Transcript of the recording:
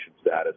status